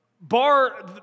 bar